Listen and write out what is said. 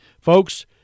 folks